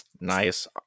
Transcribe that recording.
Nice